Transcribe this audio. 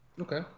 Okay